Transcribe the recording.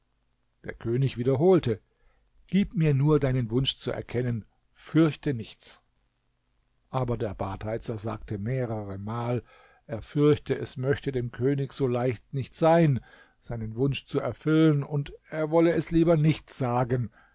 der könig wiederholte gib mir nur deinen wunsch zu erkennen fürchte nichts aber der badheizer sagte mehreremal er fürchte es möchte dem könig so leicht nicht sein seinen wunsch zu erfüllen und er wolle es lieber nicht sagen